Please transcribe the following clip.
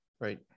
right